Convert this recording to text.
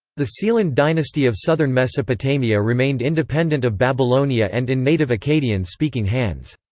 the sealand dynasty of southern mesopotamia remained independent of babylonia and in native akkadian-speaking hands.